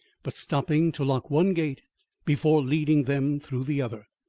but stopping to lock one gate before leading them through the other,